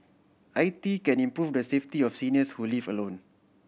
I T can improve the safety of seniors who live alone